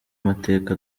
amateka